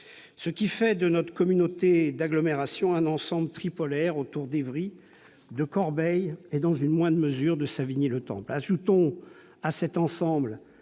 ce qui fait de notre nouvelle communauté d'agglomération un ensemble tripolaire autour d'Évry, de Corbeil et, dans une moindre mesure, de Savigny-le-Temple.